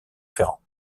ferrand